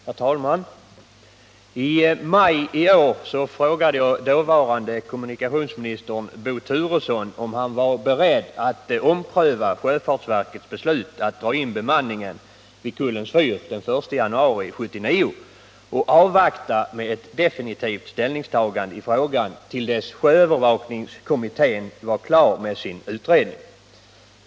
Herr talman! I maj i år frågade jag dåvarande kommunikationsministern Bo Turesson, om han var beredd att ompröva sjöfartsverkets beslut att dra in bemanningen vid Kullens fyr den 1 januari 1979 och vänta med ett definitivt ställningstagande i den frågan till dess sjöbevakningskommittén var klar med sin utredning.